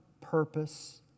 purpose